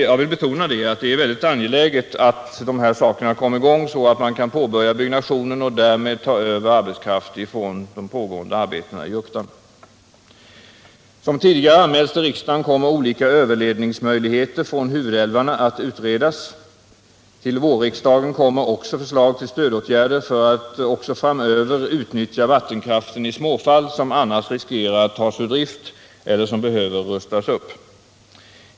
Jag vill i sammanhanget betona att det är mycket angeläget att dessa frågor kommer i gång så att man kan påbörja byggnationen och därmed ta över arbetskraft från de pågående arbetena i Juktan. Som tidigare anmälts till riksdagen kommer olika överledningsmöjligheter från huvudälvarna att utredas. Till vårriksdagen kommer också förslag till stödåtgärder för att även framöver utnyttja vattenkraften i småfall som annars riskerar att tas ur drift eller som behöver rustas upp.